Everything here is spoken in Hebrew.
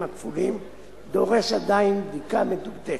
הכפולים דורש עדיין בדיקה מדוקדקת.